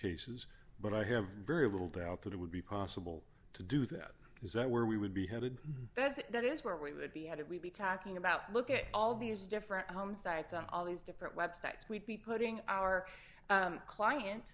cases but i have very little doubt that it would be possible to do that is that where we would be headed as that is where we would be headed we'd be talking about look at all these different home sites and all these different websites we'd be putting our client